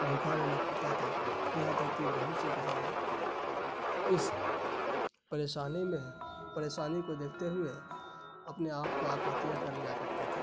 بھوکا رہنا پڑتا تھا یہاں تک کہ بہت سے کسان اس پریشانی میں پریشانی کو دیکھتے ہوئے اپنے آپ کو آتم ہتیا کر لیا کرتے تھے